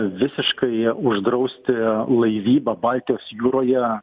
visiškai uždrausti laivybą baltijos jūroje